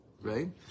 right